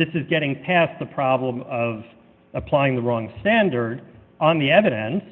this is getting past the problem of applying the wrong fandor on the evidence